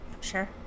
Sure